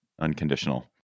Unconditional